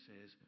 says